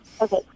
Okay